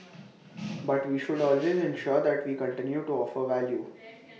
but we should always ensure that we continue to offer value